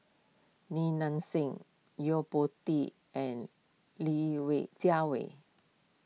Li Nanxing Yo Po Tee and Li Jiawei